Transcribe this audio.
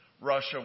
Russia